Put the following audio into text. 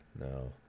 no